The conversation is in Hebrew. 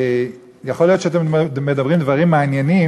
יכול להיות שאתם מדברים דברים מעניינים,